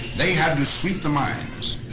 they had to sweep the mines,